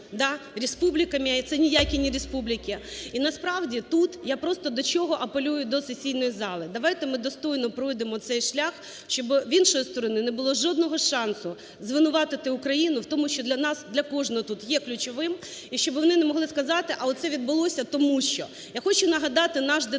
республіками, а це ніякі не республіки. І, насправді, тут я просто до чого апелюю, до сесійної зали: давайте ми достойно пройдемо цей шлях, щоби в іншої сторони не було жодного шансу звинуватити Україну в тому, що для нас, для кожного тут, є ключовим і щоби вони не могли сказати, а оце відбулося, тому що. Я хочу нагадати наш дедлайн.